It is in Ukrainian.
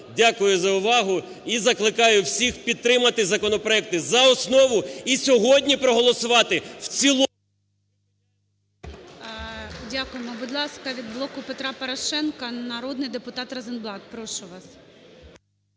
Дякую за увагу. І закликаю всіх підтримати законопроекти за основу і сьогодні проголосувати в цілому… ГОЛОВУЮЧИЙ. Дякуємо. Будь ласка, від "Блоку Петра Порошенка" народний депутат Розенблат. Прошу вас.